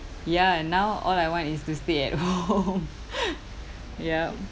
ya and now all I want is to stay at home yup